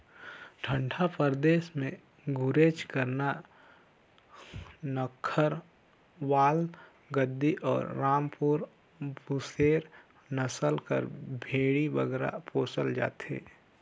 ठंडा परदेस में गुरेज, करना, नक्खरवाल, गद्दी अउ रामपुर बुसेर नसल कर भेंड़ी बगरा पोसल जाथे